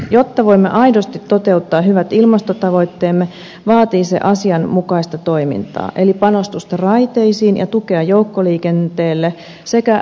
jotta voimme aidosti toteuttaa hyvät ilmastotavoitteemme vaatii se asianmukaista toimintaa eli panostusta raiteisiin ja tukea joukkoliikenteelle sekä ruuhkamaksujärjestelmää